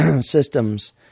systems